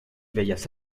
bellas